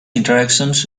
interactions